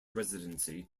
residency